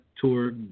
tour